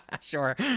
sure